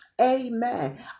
amen